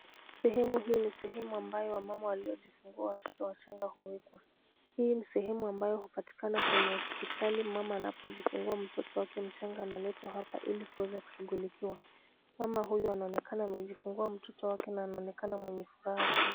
Sehemu hii ni sehemu ambayo wa mama waliojifungua watoto wachanga huwekwa, hii ni sehemu ambayo hupatikana kwenye hospitali mama anapojifungua mtoto wake mchanga analetwa hapa ili kushughulikiwa, mama huyu anaonekana amejifungua mtoto wake na anaonekana mwenye furaha sana.